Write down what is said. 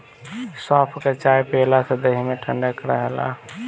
सौंफ के चाय पियला से देहि में ठंडक रहेला